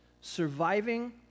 surviving